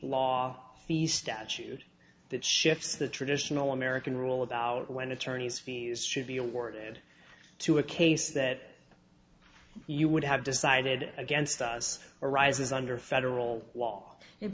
law the statute that shifts the traditional american rule about when attorneys fees should be awarded to a case that you would have decided against us arises under federal law